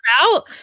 out